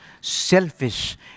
selfish